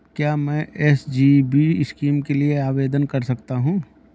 क्या मैं SGB scheme के लिए आवेदन कर सकता हूँ?